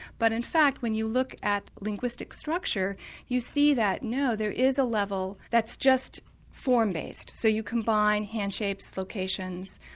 but in fact when you look at linguistic structure you see that no, there is a level that's just form based, so you combine hand shapes, locations,